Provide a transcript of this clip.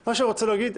מה שאני רוצה להגיד,